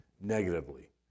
negatively